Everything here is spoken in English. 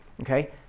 okay